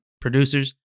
producers